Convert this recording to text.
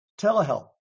telehealth